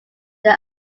they